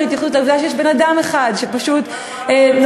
התייחסות לעובדה שיש בן-אדם אחד שפשוט נוסע,